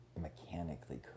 mechanically